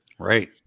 Right